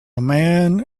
man